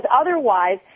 otherwise